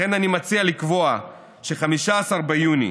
לכן, אני מציע לקבוע ש-15 ביוני,